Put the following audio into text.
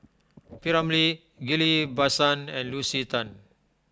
P Ramlee Ghillie Basan and Lucy Tan